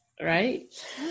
Right